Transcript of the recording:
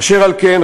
אשר על כן,